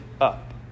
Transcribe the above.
up